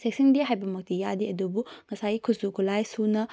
ꯆꯦꯛꯁꯟꯗꯦ ꯍꯥꯏꯕꯃꯛꯇꯤ ꯌꯥꯗꯦ ꯑꯗꯨꯕꯨ ꯉꯁꯥꯏꯒꯤ ꯈꯨꯠꯆꯨ ꯈꯨꯂꯥꯏ ꯁꯨꯅ